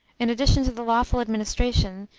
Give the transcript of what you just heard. in addition to the lawful administration,